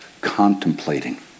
contemplating